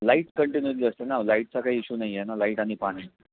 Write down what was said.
light continuously असते ना लाईटचा काही इशू नाही आहे ना लाईट आणि पाणी